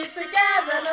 together